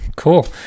Cool